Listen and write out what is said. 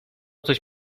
coś